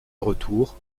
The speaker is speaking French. retour